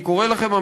אני קורא לכם,